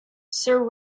sir